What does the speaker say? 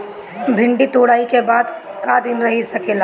भिन्डी तुड़ायी के बाद क दिन रही सकेला?